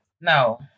No